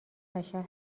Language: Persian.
بشر